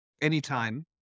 anytime